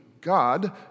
God